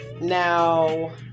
Now